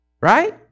Right